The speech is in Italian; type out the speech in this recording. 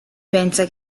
pensa